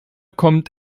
kommt